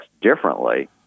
differently